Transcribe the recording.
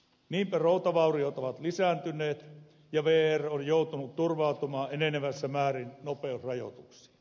niinpä routavauriot ovat lisääntyneet ja vr on joutunut turvautumaan enenevässä määrin nopeusrajoituksiin